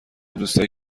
دوستایی